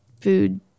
food